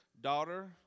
Daughter